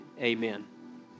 Amen